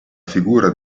figura